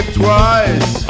twice